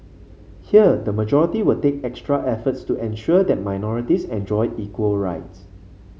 here the majority will take extra efforts to ensure that minorities enjoy equal rights